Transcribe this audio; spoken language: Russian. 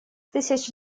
тысяча